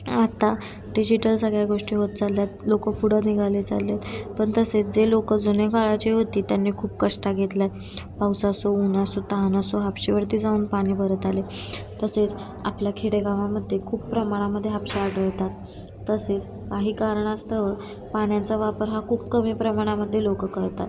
आत्ता डिजिटल सगळ्या गोष्टी होत चालल्या आहेत लोक पुढं निघाले चालले आहेत पण तसेच जे लोक जुने काळाची होती त्यांनी खूप कष्ट घेतले आहेत पाऊस असो ऊन असो तहान असो हापशीवरती जाऊन पाणी भरत आले तसेच आपल्या खेडेगावामध्ये खूप प्रमाणामध्ये हापशे आढळतात तसेच काही कारणास्तव पाण्याचा वापर हा खूप कमी प्रमाणामध्ये लोक करतात